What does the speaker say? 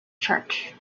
church